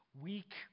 weak